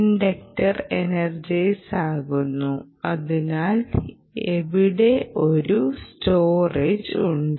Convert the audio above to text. inductor energise ആകുന്നു അതിനാൽ എവിടെ ഒരു സ്റ്റോറേജ് ഉണ്ട്